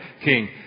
king